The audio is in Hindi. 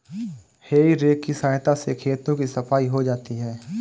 हेइ रेक की सहायता से खेतों की सफाई हो जाती है